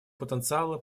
потенциала